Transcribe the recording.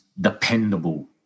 dependable